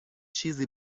چیزی